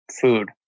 food